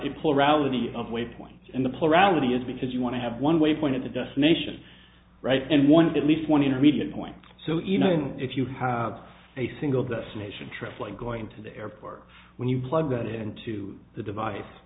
is because you want to have one waypoint at the destination right and one's at least one intermediate point so even if you have a single destination trip like going to the airport when you plug that into the device